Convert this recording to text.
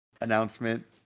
announcement